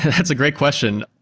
and that's a great question.